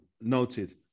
Noted